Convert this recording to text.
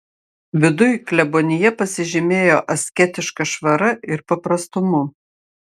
viduj klebonija pasižymėjo asketiška švara ir paprastumu